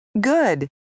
Good